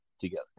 together